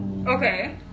Okay